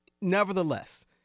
Nevertheless